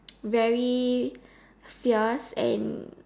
very fierce and